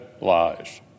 lies